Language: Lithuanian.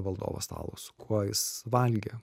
valdovo stalo su kuo jis valgė